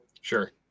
sure